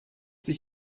sich